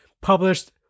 published